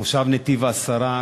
מושב נתיב-העשרה,